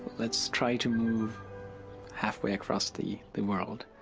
let's try to move half way across the the world,